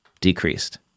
decreased